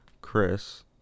chris